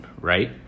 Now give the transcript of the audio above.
right